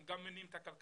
הם גם מניעים את הכלכלה,